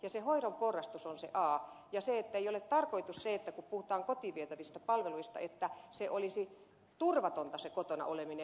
se hoidon porrastus on se a eikä ole tarkoitus että kun puhutaan kotiin vietävistä palveluista että se olisi turvatonta se kotona oleminen